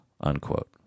Unquote